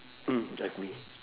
mm agree